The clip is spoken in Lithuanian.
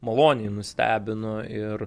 maloniai nustebino ir